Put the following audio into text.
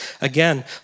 Again